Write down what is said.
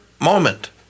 moment